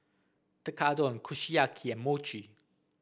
Tekkadon Kushiyaki and Mochi